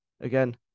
again